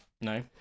no